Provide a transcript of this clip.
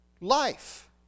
life